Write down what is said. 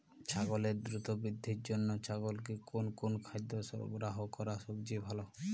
ছাগলের দ্রুত বৃদ্ধির জন্য ছাগলকে কোন কোন খাদ্য সরবরাহ করা সবচেয়ে ভালো?